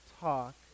talk